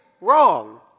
wrong